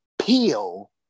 peel